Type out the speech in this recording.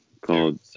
called